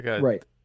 Right